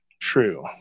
True